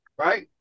right